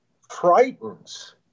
frightens